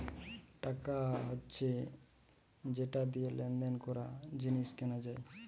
টাকা হচ্ছে যেটা দিয়ে লেনদেন করা, জিনিস কেনা যায়